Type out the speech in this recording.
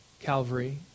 Calvary